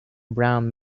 brown